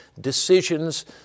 decisions